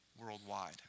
worldwide